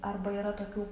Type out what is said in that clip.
arba yra tokių